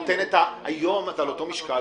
היום על אותו משקל,